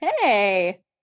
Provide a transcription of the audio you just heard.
Hey